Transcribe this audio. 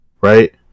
Right